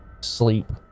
sleep